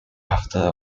after